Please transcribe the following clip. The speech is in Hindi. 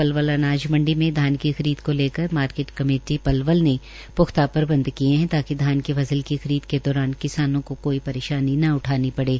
पलवल अनाज मंडी में धान की फसल की खरीद को लेकर मार्किट कमेटी पलवल ने प्ख्ता प्रबंध किये है ताकि धान की फसल की खरीद के दौरान किसानों को कोई परेशानी न उठानी पड़े